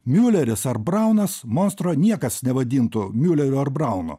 miuleris ar braunas monstro niekas nevadintų miuleriu ar braunu